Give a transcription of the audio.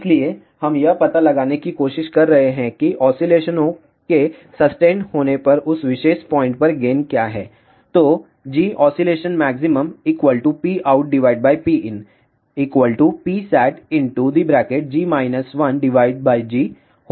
इसलिए हम यह पता लगाने की कोशिश कर रहे हैं कि ऑसीलेशनों के ससटेन्ड होने पर उस विशेष पॉइंट पर क्या गेन है